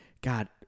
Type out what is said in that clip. God